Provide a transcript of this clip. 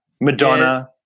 Madonna